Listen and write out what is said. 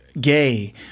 gay